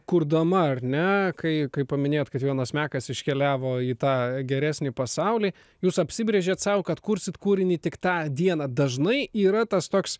kurdama ar ne kai kai paminėjot kad jonas mekas iškeliavo į tą geresnį pasaulį jūs apsibrėžėt sau kad kursit kūrinį tik tą dieną dažnai yra tas toks